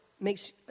makes